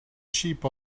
sheep